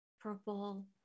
purple